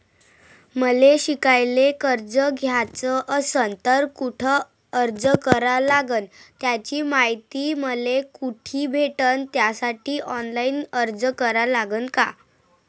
मले शिकायले कर्ज घ्याच असन तर कुठ अर्ज करा लागन त्याची मायती मले कुठी भेटन त्यासाठी ऑनलाईन अर्ज करा लागन का?